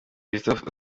christophe